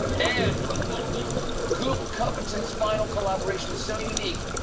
and goop covetton's final collaboration is so unique,